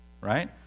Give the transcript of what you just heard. right